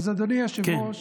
אדוני היושב-ראש,